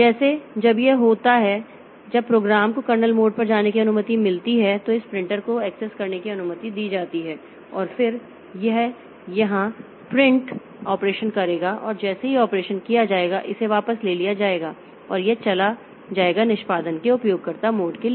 जैसे जब यह होता है जब प्रोग्राम को कर्नेल मोड पर जाने की अनुमति मिलती है तो इस प्रिंटर को एक्सेस करने की अनुमति दी जाती है और फिर यह यहां प्रिंट ऑपरेशन करेगा और जैसे ही ऑपरेशन किया जाएगा इसे वापस ले लिया जाएगा और यह चला जाएगा निष्पादन के उपयोगकर्ता मोड के लिए